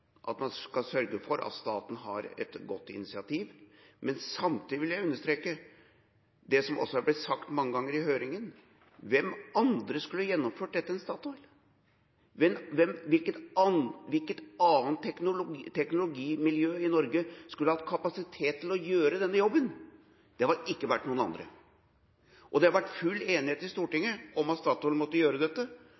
at man selvfølgelig skal være veldig nøye, at man skal sørge for at staten har et godt initiativ. Samtidig vil jeg understreke det som er blitt sagt mange ganger i høringa: Hvem andre skulle gjennomført dette enn Statoil? Hvilket annet teknologimiljø i Norge skulle hatt kapasitet til å gjøre denne jobben? Det har ikke vært noen andre. Det har vært full enighet i